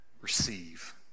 Receive